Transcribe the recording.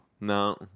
No